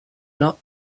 not